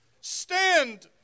Stand